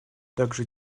также